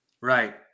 Right